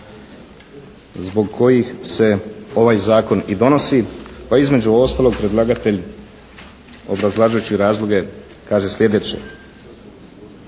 zbog kojih se ovaj zakon i donosi. Pa između ostalog predlagatelj obrazlažući razloge kaže sljedeće: